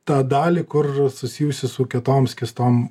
tą dalį kur susijusi su kietom skystom